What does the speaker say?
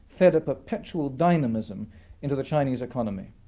fed a perpetual dynamism into the chinese economy,